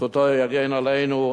זכותו יגן עלינו,